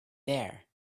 there